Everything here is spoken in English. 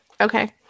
Okay